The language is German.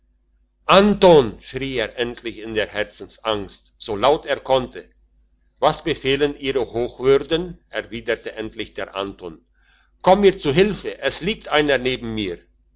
anton schrie er endlich in der herzensangst so laut er konnte was befehlen ihro hochwürden erwiderte endlich der anton komm mir zu hilfe es liegt einer neben mir